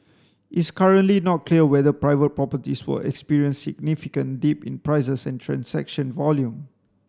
it's currently not clear whether private properties will experience significant dip in prices and transaction volume